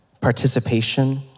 participation